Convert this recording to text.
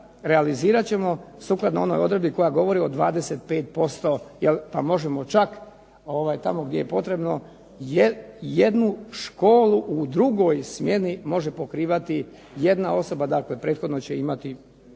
realizirat ćemo sukladno onoj odredbi koja govori o 25%, pa možemo čak tamo gdje je potrebno jednu školu u drugoj smjeni može pokrivati jedna osoba, dakle prethodno će imati